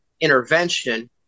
intervention